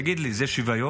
תגיד לי, זה שוויון,